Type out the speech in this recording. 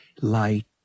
Light